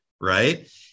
right